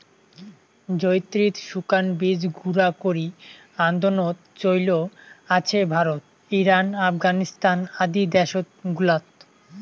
জয়িত্রির শুকান বীচি গুঁড়া করি আন্দনোত চৈল আছে ভারত, ইরান, আফগানিস্তান আদি দ্যাশ গুলাত